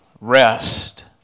rest